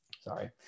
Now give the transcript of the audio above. Sorry